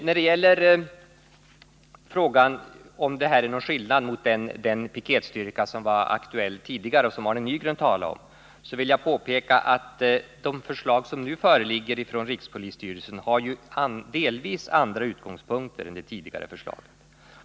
När det gäller frågan huruvida det här förslaget innebär någon skillnad mot den piketstyrka som var aktuell tidigare och som Arne Nygren talade om vill jag påpeka att de förslag som nu föreligger från rikspolisstyrelsen delvis har andra utgångspunkter än det tidigare förslaget.